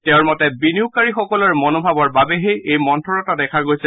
তেওঁৰ মতে বিনিয়োগকাৰীসকলৰ মনোভাৱৰ বাবেহে এই মন্থৰতা দেখা গৈছে